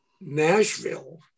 Nashville